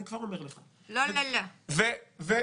לא, לא, לא.